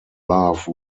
love